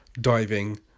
diving